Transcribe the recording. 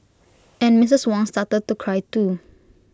and Mrs Wong started to cry too